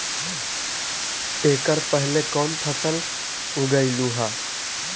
एकड़ पहले कौन फसल उगएलू हा?